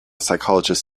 psychologist